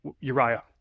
Uriah